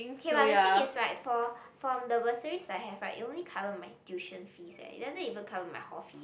okay but the thing is right for from the bursaries I have right it only cover my tuition fees eh it doesn't even cover my whole fee